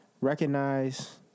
Recognize